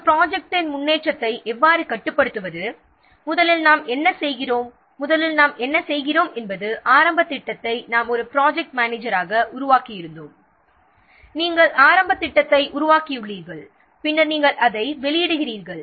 ஒரு ப்ராஜெக்ட்டின் முன்னேற்றத்தை கட்டுப்படுத்த முதலில் நாம் என்ன செய்கிறோம் முதலில் நாம் உருவாக்கியிருந்தோம் அதாவது ஒரு ப்ராஜெக்ட் மேனேஜராக ஆரம்ப திட்டத்தை உருவாக்கியிருந்தோம் பின்னர் அதை வெளியிடுகிறோம்